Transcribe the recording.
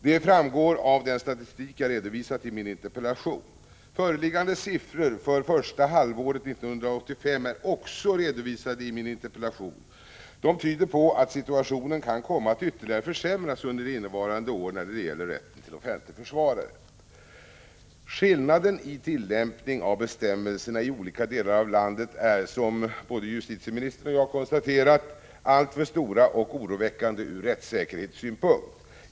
Det framgår av den statistik jag redovisat i min interpellation. Föreliggande siffror för första halvåret 1985 är också redovisade i interpellationen. De tyder på att situationen kan komma att ytterligare försämras under innevarande år när det gäller rätten till offentlig försvarare. Skillnaderna i tillämpning av bestämmelserna i olika delar av landet är, som både justitieministern och jag konstaterat, alltför stora och oroväckande ur rättssäkerhetssynpunkt.